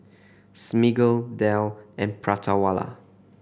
Smiggle Dell and Prata Wala